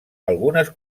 algunes